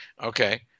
okay